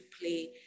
play